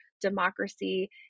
democracy